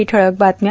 काही ठळक बातम्या